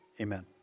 amen